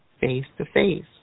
face-to-face